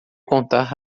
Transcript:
contar